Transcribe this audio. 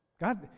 God